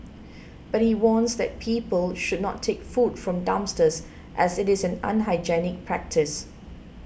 but he warns that people should not take food from dumpsters as it is an unhygienic practice